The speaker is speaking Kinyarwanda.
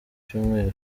cyumweru